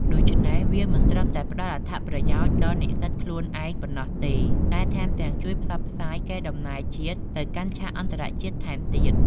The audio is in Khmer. ដូច្នេះ វាមិនត្រឹមតែផ្តល់អត្ថប្រយោជន៍ដល់និស្សិតខ្លួនឯងប៉ុណ្ណោះទេ តែថែមទាំងជួយផ្សព្វផ្សាយកេរដំណែលជាតិទៅកាន់ឆាកអន្តរជាតិថែមទៀត។